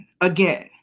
Again